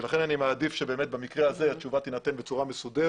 אני מעדיף שבמקרה הזה התשובה תינתן בצורה מסודרת.